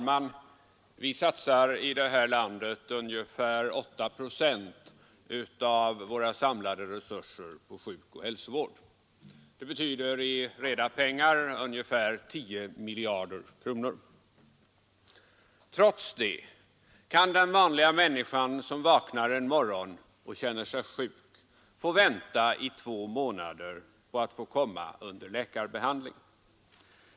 Fru talman! Vi satsar här i landet ungefär 8 procent av våra samlade resurser på sjukoch hälsovård. Det betyder i reda pengar ungefär 10 miljarder kronor. Trots detta kan den vanliga människan som vaknar en morgon och känner sig sjuk få vänta i två månader på att komma under läkarbehandling.